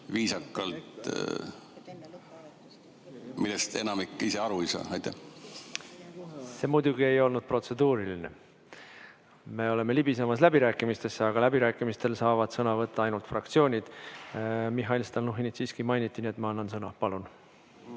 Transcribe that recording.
See muidugi ei olnud protseduuriline. Me oleme libisemas läbirääkimistesse, aga läbirääkimistel saavad sõna võtta ainult fraktsioonid. Mihhail Stalnuhhinit siiski mainiti, nii et ma annan sõna. Palun!